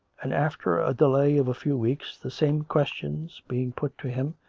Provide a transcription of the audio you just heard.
and after a delay of a few weeks, the same questions being put to him,